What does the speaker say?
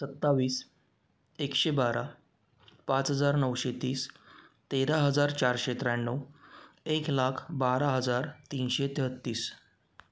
सत्तावीस एकशेबारा पाच हजार नऊशे तीस तेरा हजार चारशे त्र्याण्णव एक लाख बारा हजार तीनशे तेहतीस